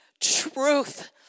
truth